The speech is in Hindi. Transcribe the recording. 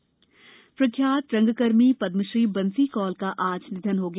बंसी कौल प्रख्यात रंगकर्मी पद्मश्री बंसी कौल का आज निधन हो गया